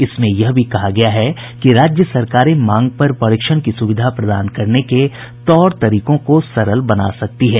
इसमें यह भी कहा गया है कि राज्य सरकारें मांग पर परीक्षण की सुविधा प्रदान करने के तौर तरीकों को सरल बना सकती हैं